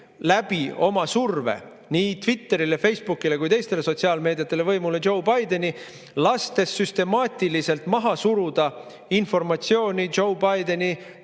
FBI oma survega nii Twitterile, Facebookile kui ka teistele sotsiaalmeedias võimule Joe Bideni, lastes süstemaatiliselt maha suruda informatsiooni Joe Bideni